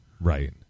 Right